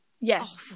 Yes